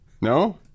No